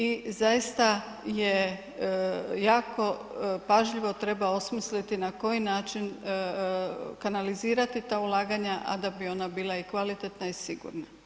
I zaista jako pažljivo treba osmisliti na koji način kanalizirati ta ulaganja, a da bi ona bila kvalitetna i sigurna.